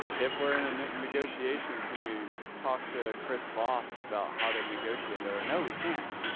if we're in a negotiation, can we talk to chris voss about how to negotiate better? no, we can't.